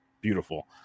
beautiful